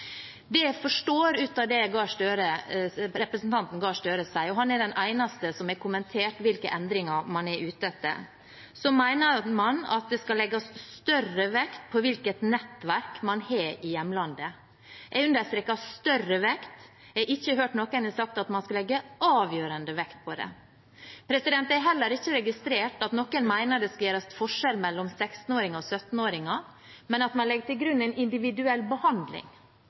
Det jeg forstår ut fra det representanten Gahr Støre sier – og han er den eneste som har kommentert hvilke endringer man er ute etter – mener man at det skal legges større vekt på hvilket nettverk man har i hjemlandet. Jeg understreker «større vekt». Jeg har ikke hørt at noen har sagt at man skal legge avgjørende vekt på det. Jeg har heller ikke registrert at noen mener det skal gjøres forskjell på 16-åringer og 17-åringer, men at man legger til grunn en individuell behandling.